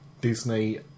Disney